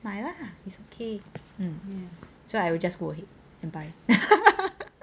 买 lah it's okay so I will just go ahead and buy